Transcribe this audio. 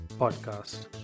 Podcast